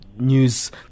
news